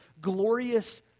glorious